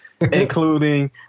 including